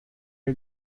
are